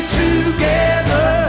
together